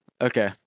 Okay